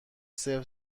صفر